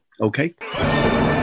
Okay